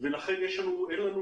ולכן אין שיקולים כלכליים מול